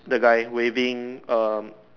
the guy waving um